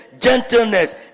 gentleness